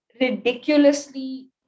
ridiculously